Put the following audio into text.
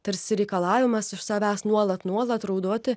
tarsi reikalavimas iš savęs nuolat nuolat raudoti